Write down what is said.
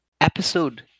episode